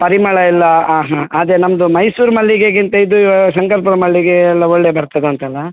ಪರಿಮಳಯೆಲ್ಲ ಆಂ ಹಾಂ ಅದೇ ನಮ್ಮದು ಮೈಸೂರು ಮಲ್ಲಿಗೆಗಿಂತ ಇದು ಶಂಕರಪುರ ಮಲ್ಲಿಗೆ ಎಲ್ಲ ಒಳ್ಳೇ ಬರ್ತದಂತಲ್ವಾ